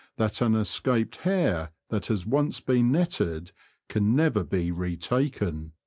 that an escaped hare that has once been netted can never be retaken.